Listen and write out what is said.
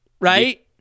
right